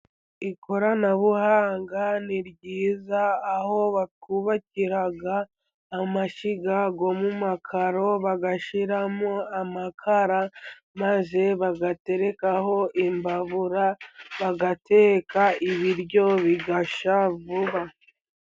Ikoranabuhanga ni ryiza aho bakubakira amashyiga yo mu makaro, bagashyiramo amakara maze bagaterekaho imbabura, bagateka ibiryo bigashya vuba.